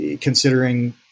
considering